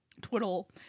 twiddle